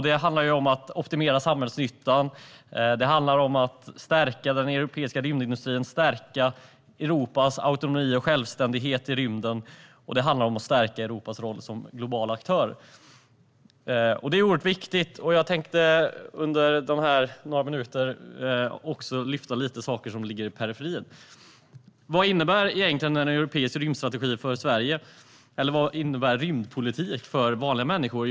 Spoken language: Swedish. Det handlar om att optimera samhällsnyttan, stärka den europeiska rymdindustrin, stärka Europas autonomi och självständighet i rymden och stärka Europas roll som global aktör. Detta är oerhört viktigt. Jag tänkte även lyfta upp några saker som finns i periferin. Vad innebär egentligen en europeisk rymdstrategi för Sverige? Vad innebär rymdpolitik för vanliga människor?